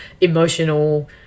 emotional